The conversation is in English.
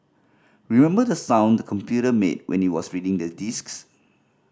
remember the sound the computer made when it was reading the disks